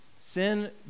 Sin